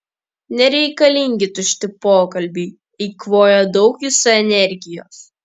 nereikalingi tušti pokalbiai eikvoja daug jūsų energijos